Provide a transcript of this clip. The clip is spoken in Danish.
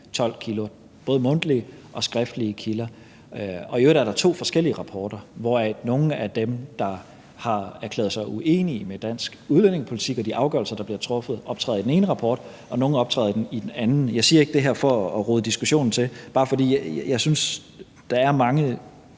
12 kilder, både mundtlige og skriftlige kilder. Og i øvrigt er der to forskellige rapporter, hvoraf nogle af dem, der har erklæret sig uenige med dansk udlændingepolitik og de afgørelser, der bliver truffet, optræder i den ene rapport, og nogle optræder i den anden. Jeg siger ikke det her for at rode diskussionen til. Det er bare, fordi jeg synes, der er mange